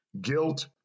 Guilt